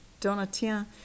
Donatien